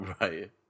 Right